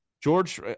George